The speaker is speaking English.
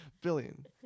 billion